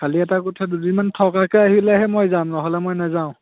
খালি এটা কথা দুদিনমান থকাকৈ আহিলেহে মই যাম নহ'লে মই নেযাওঁ